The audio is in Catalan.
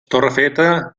torrefeta